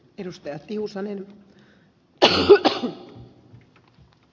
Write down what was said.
arvoisa rouva puhemies